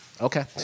Okay